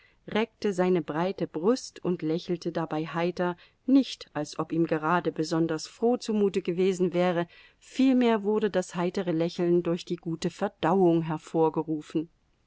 reckte seine breite brust und lächelte dabei heiter nicht als ob ihm gerade besonders froh zumute gewesen wäre vielmehr wurde das heitere lächeln durch die gute verdauung hervorgerufen